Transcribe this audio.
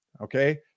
Okay